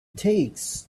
takes